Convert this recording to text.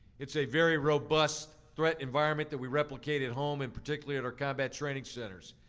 it's a very robust threat environment that we replicate at home, and particularly at our combat training centers.